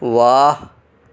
واہ